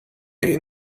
jej